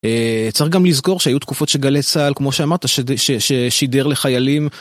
צריך גם לזכור שהיו תקופות שגלי צהל, כמו שאמרת, שידר לחיילים.